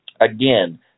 Again